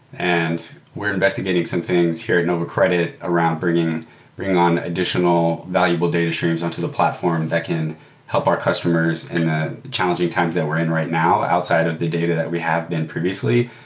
and we're investigating some things here at nova credit around bringing bringing on additional valuable data streams on to the platform that can help our customers in the challenging times that we're in right now outside of the data that we have been previously.